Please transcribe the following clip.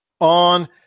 on